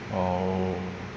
oh